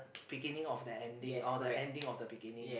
beginning of the ending or the ending of the beginnings